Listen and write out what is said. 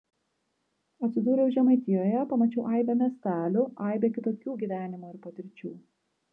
atsidūriau žemaitijoje pamačiau aibę miestelių aibę kitokių gyvenimų ir patirčių